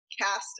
cast